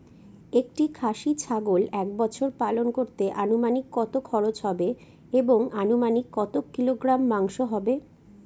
একটি খাসি ছাগল এক বছর পালন করতে অনুমানিক কত খরচ হবে এবং অনুমানিক কত কিলোগ্রাম মাংস হবে?